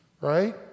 right